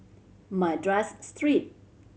Madras Street